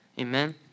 Amen